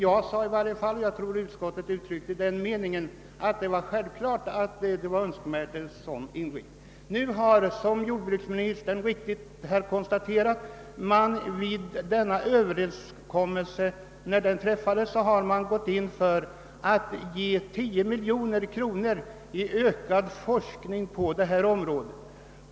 Jag framhöll emellertid, och jag tror att utskottet hade samma mening, att en sådan inriktning självfallet var nödvändig. Nu har jordbruksministern konstaterat, att man i samband med denna överenskommelse har beslutat ge 10 miljoner kronor till ökad forskning på detta område.